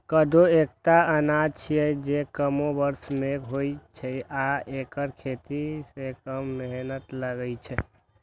कोदो एकटा अनाज छियै, जे कमो बर्षा मे होइ छै आ एकर खेती मे कम मेहनत लागै छै